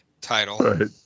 title